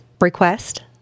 request